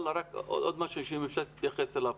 עוד משהו שאם אתה יכול, תתייחס אליו.